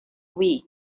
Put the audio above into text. wii